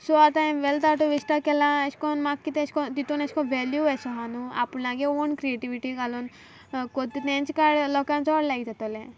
so आतां हांयें wealth out of वेस्टा केलां एशें कोन्न म्हाका कितें एशें कोन्न तितू एशें कोन्न वेल्यू एसो आसा न्हू आपणागे ओन क्रिएटिविटी घालून कोत्तां तेंच कार्ड लोका चोड लायक जातोलें